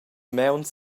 mauns